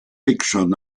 fiction